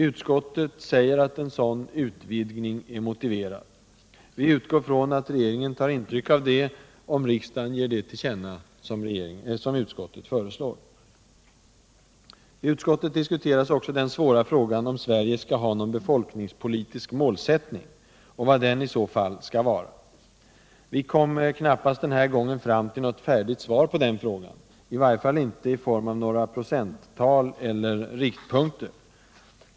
Utskottet säger att en sådan utvidgning är motiverad. Vi utgår från att regeringen tar intryck av detta, om riksdagen ger till känna vad utskottet föreslår. I utskottet diskuterades också den svåra frågan om Sverige skall ha någon befolkningspolitisk målsättning och vilken den i så fall skall vara. Vi kom denna gång knappast fram till något färdigt svar på den frågan, i varje fall inte i form av några procenttal eller riktpunkter.